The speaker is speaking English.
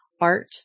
art